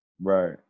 Right